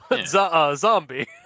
zombie